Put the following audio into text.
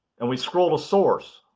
and we scroll to source.